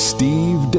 Steve